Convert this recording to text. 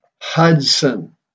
Hudson